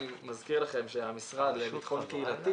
אני מזכיר לכם שהמשרד לביטחון קהילתי